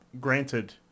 granted